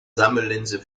sammellinse